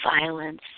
violence